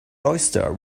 oyster